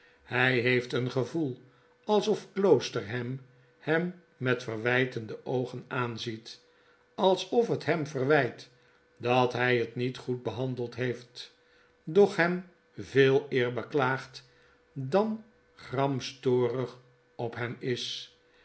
hg heeft een gevoel alsof kloosterham hem met verwijtende oogen aanziet alsof het hem verwgt dat hg het niet goed behandeld heeft doch hem veeleer beklaagt dan gramstorig op hem is